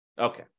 Okay